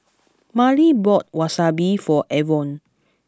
Marlie bought Wasabi for Avon